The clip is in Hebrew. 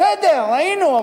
בסדר, ראינו.